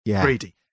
greedy